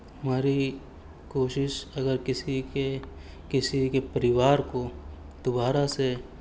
ہماری کوشش اگر کسی کے کسی کے پریوار کو دوبارہ سے